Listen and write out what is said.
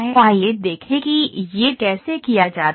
आइए देखें कि यह कैसे किया जाता है